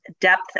depth